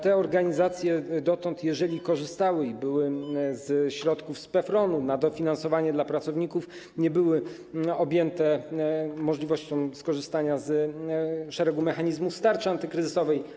Te organizacje dotąd, jeżeli korzystały ze środków z PFRON-u na dofinansowanie dla pracowników, nie były objęte możliwością skorzystania z szeregu mechanizmów zawartych w tarczy antykryzysowej.